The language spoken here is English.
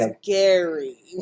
scary